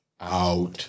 out